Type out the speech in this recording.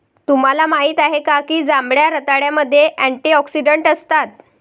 तुम्हाला माहित आहे का की जांभळ्या रताळ्यामध्ये अँटिऑक्सिडेंट असतात?